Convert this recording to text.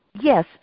Yes